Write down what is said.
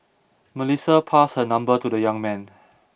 Melissa passed her number to the young man